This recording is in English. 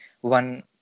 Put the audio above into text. one